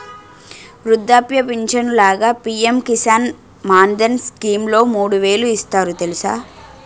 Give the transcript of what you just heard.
వృద్ధాప్య పించను లాగా పి.ఎం కిసాన్ మాన్ధన్ స్కీంలో మూడు వేలు ఇస్తారు తెలుసా?